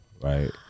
right